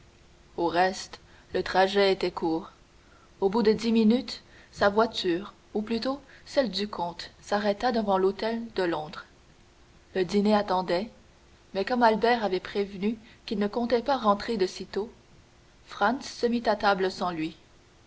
au reste le trajet était court au bout de dix minutes sa voiture ou plutôt celle du comte s'arrêta devant l'hôtel de londres le dîner attendait mais comme albert avait prévenu qu'il ne comptait pas rentrer de sitôt franz se mit à table sans lui